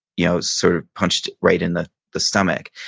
you know sort of punched right in the the stomach.